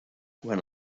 quan